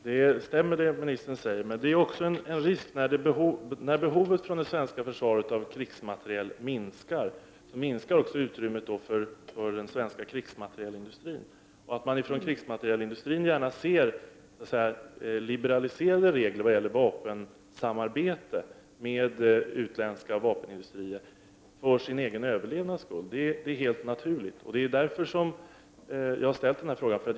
Fru talman! Det som ministern nu säger stämmer. Men det finns också en risk när det svenska försvarets behov av krigsmateriel minskar. Då minskar också utrymmet för den svenska krigsmaterielindustrin. Från krigsmaterielindustrins sida ser man gärna, för sin egen överlevnads skull, liberaliserade regler vad gäller vapensamarbete med utländska vapenindustrier. Det är helt naturligt. Det är därför som jag har ställt den här frågan.